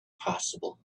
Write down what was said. possible